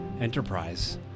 enterprise